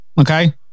Okay